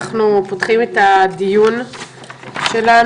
אנחנו פותחים את הדיון שלנו.